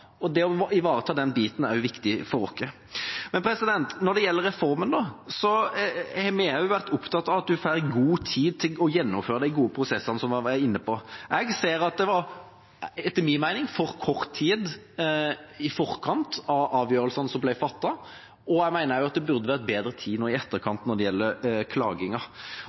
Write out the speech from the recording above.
Å ivareta den biten er også viktig for oss. Når det gjelder reformen, har vi også vært opptatt av at en får god tid til å gjennomføre de gode prosessene som jeg var inne på. Det var etter min mening for kort tid i forkant av avgjørelsene som ble fattet, og jeg mener at det burde vært bedre tid i etterkant når det gjelder